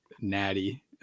Natty